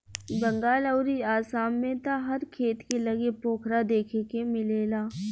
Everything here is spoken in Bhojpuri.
बंगाल अउरी आसाम में त हर खेत के लगे पोखरा देखे के मिलेला